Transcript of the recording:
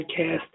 podcast